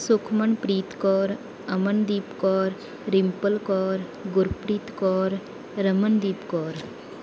Sukhmanpreet Kaur Amandeep Kaur Rimpal Kaur Gurpreet Kaur Ramandeep Kaur